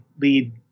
lead